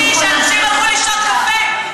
אני לא שמעתי אותך אומרת,